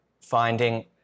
finding